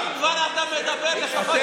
והמשגשגת,